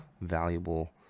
valuable